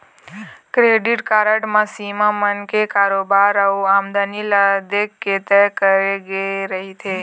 credit card म सीमा मनखे के कारोबार अउ आमदनी ल देखके तय करे गे रहिथे